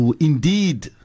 Indeed